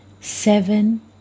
seven